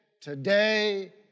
today